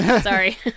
sorry